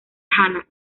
hannah